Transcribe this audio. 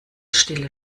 stille